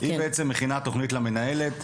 היא בעצם מכינה תוכנית למנהלת.